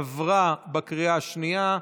עברה בקריאה השנייה.